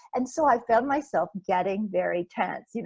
and so i found myself getting very tense. you know